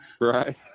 Right